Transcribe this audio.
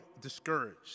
discouraged